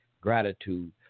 gratitude